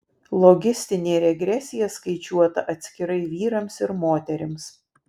logistinė regresija skaičiuota atskirai vyrams ir moterims